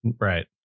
Right